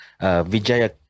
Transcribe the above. Vijaya